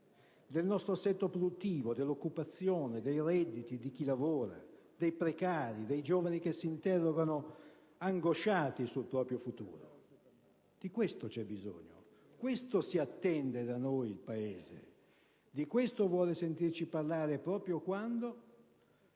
del nostro assetto produttivo, dell'occupazione, dei redditi, di chi lavora, dei precari, dei giovani che si interrogano angosciati sul proprio futuro. Di questo c'è bisogno. Questo si attende da noi il Paese. Di questo vuol sentirci parlare proprio quando